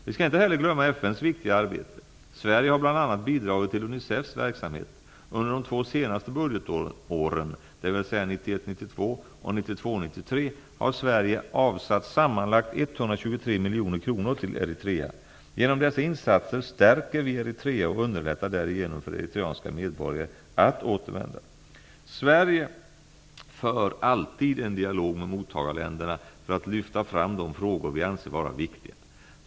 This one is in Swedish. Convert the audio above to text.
Vi skall inte heller glömma FN:s viktiga arbete. Sverige har bl.a. bidragit till Unicefs verksamhet. Under de två senaste budgetåren, dvs. 1991 93, har Sverige avsatt sammanlagt 123 miljoner kronor till Eritrea. Genom dessa insatser stärker vi Eritrea och underlättar därigenom för eritreanska medborgare att återvända. Sverige för alltid en dialog med mottagarländerna för att lyfta fram de frågor vi anser vara viktiga.